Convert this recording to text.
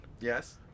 Yes